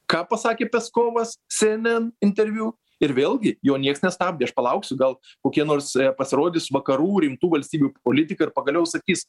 ką pasakė peskovas se en en interviu ir vėlgi jo nieks nestabdė aš palauksiu gal kokie nors pasirodys vakarų rimtų valstybių politika ir pagaliau sakys